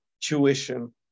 tuition